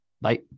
bye